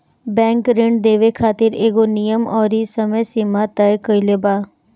bank ऋण देवे खातिर एगो नियम अउरी समय सीमा तय कईले बा